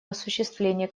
осуществление